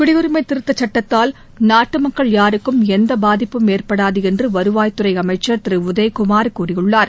குடியுரிமை திருத்தச் சட்டத்தால் நாட்டு மக்கள் யாருக்கும் எந்தபாதிப்பும் ஏற்படாது என்று வருவாய்த் துறை அமைச்சர் திரு உதயக்குமார் கூறியுள்ளார்